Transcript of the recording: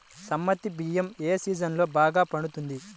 బాస్మతి బియ్యం ఏ సీజన్లో బాగా పండుతుంది?